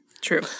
true